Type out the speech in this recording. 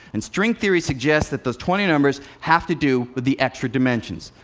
and string theory suggests that those twenty numbers have to do with the extra dimensions.